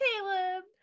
Caleb